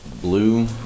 blue